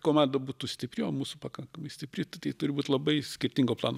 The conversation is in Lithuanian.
komanda būtų stipri o mūsų pakankamai stipri tai turi būt labai skirtingo plano